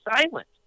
silent